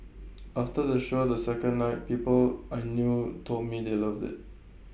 after the show on the second night people I knew told me they loved IT